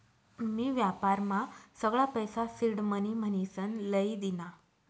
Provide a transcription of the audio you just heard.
मी व्यापारमा सगळा पैसा सिडमनी म्हनीसन लई दीना